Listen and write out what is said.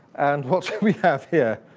and what should we have here?